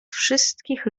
wszystkich